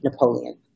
Napoleon